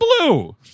blue